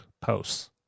posts